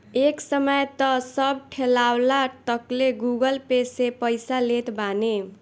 एक समय तअ सब ठेलावाला तकले गूगल पे से पईसा लेत बाने